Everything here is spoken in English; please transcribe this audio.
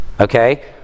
Okay